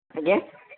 ଆଜ୍ଞା